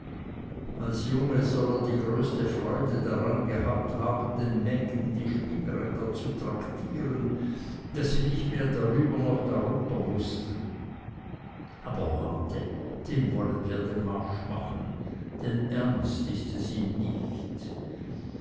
als junger soll er die größte freude daran gehabt haben den mägden die spinnräder zu traktieren daß sie nicht mehr darüber noch darunter wußten aber warte dem wollen wir diesmal den marsch machen denn ernst ist es ihm nicht